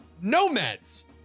nomads